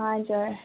हजुर